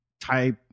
type